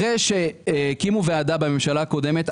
אחרי שהקימו ועדה בממשלה הקודמת,